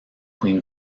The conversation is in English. queen